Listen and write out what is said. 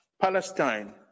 Palestine